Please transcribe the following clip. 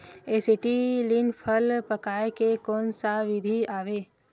Acetylene फल पकाय के कोन सा विधि आवे?